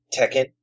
Tekken